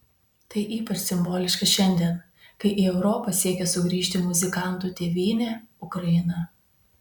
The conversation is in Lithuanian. tai ypač simboliška šiandien kai į europą siekia sugrįžti muzikantų tėvynė ukraina